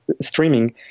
streaming